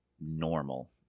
normal